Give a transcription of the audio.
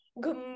Good